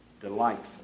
Delightful